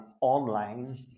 online